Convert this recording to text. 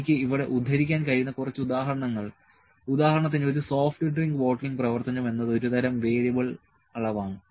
എനിക്ക് ഇവിടെ ഉദ്ധരിക്കാൻ കഴിയുന്ന കുറച്ച് ഉദാഹരണങ്ങൾ ഉദാഹരണത്തിന് ഒരു സോഫ്റ്റ് ഡ്രിങ്ക് ബോട്ട്ലിംഗ് പ്രവർത്തനം എന്നത് ഒരു തരം വേരിയബിൾ അളവാണ്